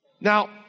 Now